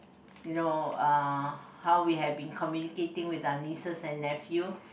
you know uh how we have been communicating with our nieces and nephew